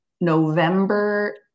November